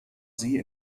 sie